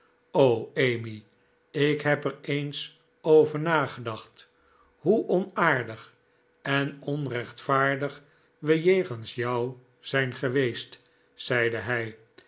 emmy ik heb er eens over nagedacht hoe onaardig en onrechtvaardig we jegens jou zijn geweest zeide hij